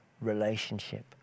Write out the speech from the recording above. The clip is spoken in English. relationship